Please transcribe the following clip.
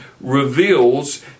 reveals